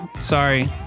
sorry